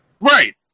Right